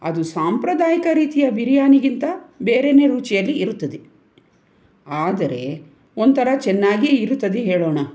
ಅದು ಸಾಂಪ್ರದಾಯಿಕ ರೀತಿಯ ಬಿರಿಯಾನಿಗಿಂತ ಬೇರೆಯೇ ರುಚಿಯಲ್ಲಿ ಇರುತ್ತದೆ ಆದರೆ ಒಂಥರ ಚೆನ್ನಾಗಿ ಇರುತ್ತದೆ ಹೇಳೋಣ